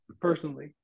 Personally